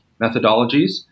methodologies